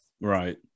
Right